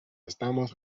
estamos